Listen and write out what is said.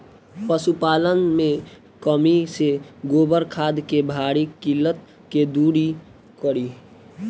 पशुपालन मे कमी से गोबर खाद के भारी किल्लत के दुरी करी?